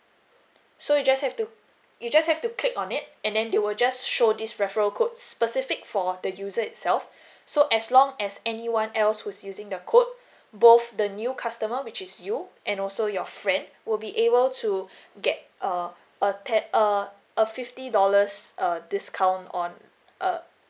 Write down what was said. so you just have to you just have to click on it and then they will just show this referral code specific for the user itself so as long as anyone else who's using the code both the new customer which is you and also your friend would be able to get uh a get err a fifty dollars err discount on uh